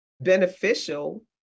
beneficial